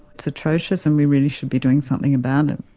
it's atrocious and we really should be doing something about it.